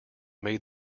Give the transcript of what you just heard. made